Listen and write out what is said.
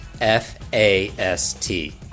F-A-S-T